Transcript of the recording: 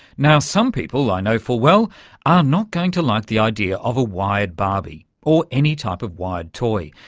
now, some people, i know full well, are not going to like the idea of a wired barbie, or any type of wired toy.